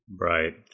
right